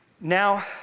Now